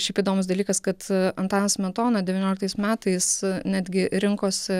o šiaip įdomus dalykas kad antanas smetona devynioliktais metais netgi rinkosi